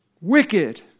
wicked